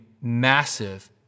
massive